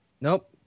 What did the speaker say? Nope